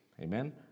amen